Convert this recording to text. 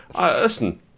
Listen